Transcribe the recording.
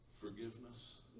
forgiveness